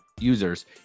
users